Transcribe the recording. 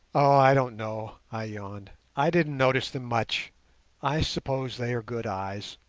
i don't know i yawned i didn't notice them much i suppose they are good eyes